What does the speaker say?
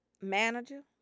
Manager